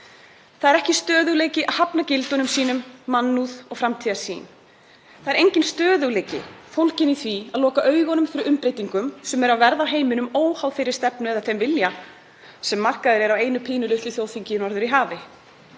Það er ekki stöðugleiki að hafna gildum sínum, mannúð og framtíðarsýn. Það er enginn stöðugleiki fólginn í því að loka augunum fyrir umbreytingum sem eru að verða á heiminum, óháð þeirri stefnu eða þeim vilja sem er hjá einu pínulitlu þjóðþingi norður í hafi.